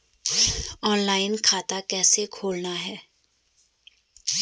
Online खाता कैसे खुलता है?